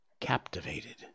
captivated